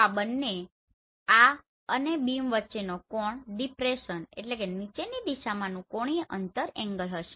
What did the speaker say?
તો આ અને બીમ વચ્ચેનો કોણ ડિપ્રેસનdepression નીચેની દિશામાંનું કોણીય અંતર એંગલ હશે